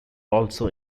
also